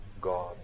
God